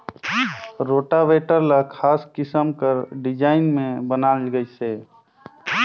rotavator ल खास किसम कर डिजईन में बनाल गइसे